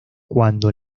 cuando